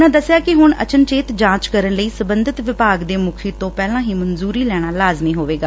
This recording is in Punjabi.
ਉਨ੍ਹਾਂ ਦੱਸਿਆ ਕਿ ਹੁਣ ਅਚਨਚੇਤ ਜਾਂਚ ਕਰਨ ਲਈ ਸਬੰਧਤ ਵਿਭਾਗ ਦੇ ਮੁਖੀ ਤੋਂ ਪਹਿਲਾਂ ਹੀ ਮਨਜੁਰੀ ਲੈਣਾ ਲਾਜ਼ਮੀ ਹੋਵੇਗਾ